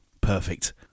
Perfect